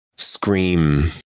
Scream